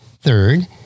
Third